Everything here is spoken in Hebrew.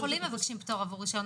בתי החולים מבקשים פטור עבור רישיון,